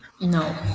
No